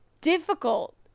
difficult